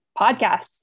Podcasts